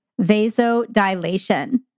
vasodilation